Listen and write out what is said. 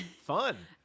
fun